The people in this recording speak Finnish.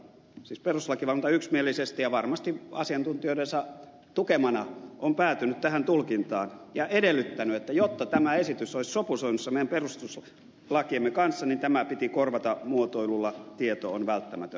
siis perustuslakivaliokunta yksimielisesti ja varmasti asiantuntijoidensa tukemana on päätynyt tähän tulkintaan ja edellyttänyt että jotta tämä esitys olisi sopusoinnussa meidän perustuslakiemme kanssa niin tämä piti korvata muotoilulla tieto on välttämätön